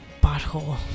butthole